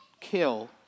kill